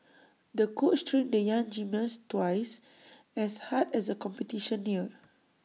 the coach trained the young gymnast twice as hard as the competition neared